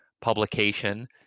publication